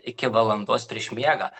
iki valandos prieš miegą